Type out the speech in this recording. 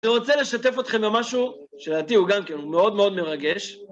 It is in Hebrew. אני רוצה לשתף אתכם במשהו, שלדעתי הוא גם כן מאוד מאוד מרגש.